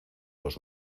los